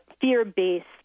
fear-based